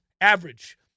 average